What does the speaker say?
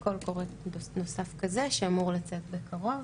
קול קורא נוסף כזה שאמור לצאת בקרוב,